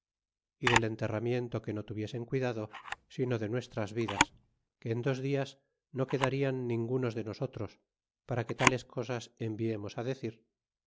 y del enterramiento que no tuviesen cuidado sino de nuestras vidas que en dos dias no quedarian ningunos de nosotros para que tales cosas enviemos á decir